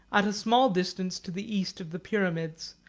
at a small distance to the east of the pyramids,